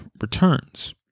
returns